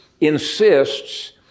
insists